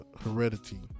heredity